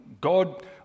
God